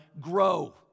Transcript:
grow